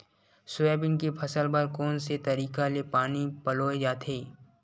Soybean के फसल बर कोन से तरीका ले पानी पलोय जाथे?